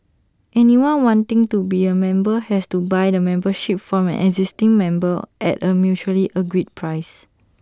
anyone wanting to be A member has to buy the membership from an existing member at A mutually agreed price